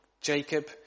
Jacob